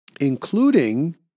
including